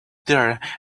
there